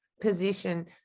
position